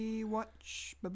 Watch